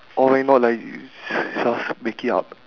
or why not like just make it up